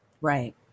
Right